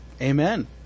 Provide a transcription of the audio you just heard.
Amen